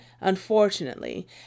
unfortunately